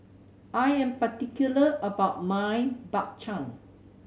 I am particular about my Bak Chang